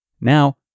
Now